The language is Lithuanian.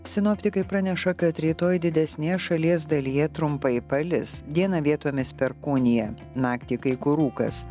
sinoptikai praneša kad rytoj didesnėje šalies dalyje trumpai palis dieną vietomis perkūnija naktį kai kur rūkas